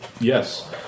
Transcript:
yes